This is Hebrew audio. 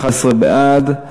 11 בעד,